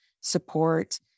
support